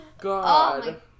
God